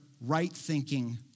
right-thinking